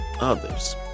others